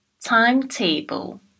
timetable